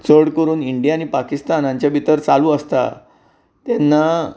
चड करून इंडिया आनी पाकिस्तानाच्या भितर चालू आसता तेन्ना